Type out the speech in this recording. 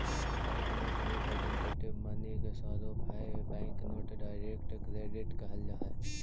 bank note representative money के स्वरूप हई बैंक नोट डायरेक्ट क्रेडिट कहल जा हई